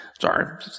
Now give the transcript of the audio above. Sorry